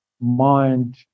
mind